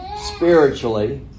spiritually